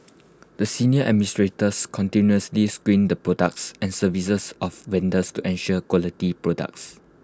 the senior administrators continuously screened the products and services of vendors to ensure quality products